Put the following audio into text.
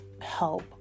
help